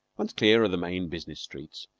once clear of the main business streets,